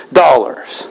dollars